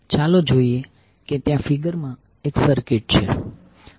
ચાલો જોઈએ કે ત્યાં ફિગર માં એક સર્કિટ છે